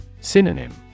Synonym